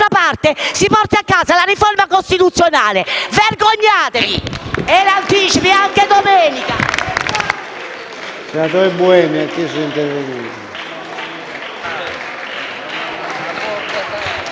si porti a casa la riforma costituzionale. Vergognatevi! E lo anticipi, anche domenica!